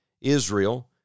Israel